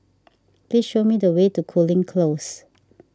please show me the way to Cooling Close